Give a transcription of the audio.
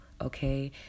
okay